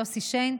יוסי שיין,